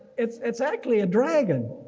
it's it's actually a dragon.